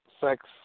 sex